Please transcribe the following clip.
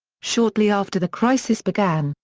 shortly after the crisis began,